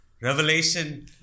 Revelation